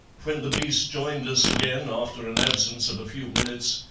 when the beast joined us again, after an absence of a few minutes,